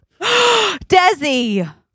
Desi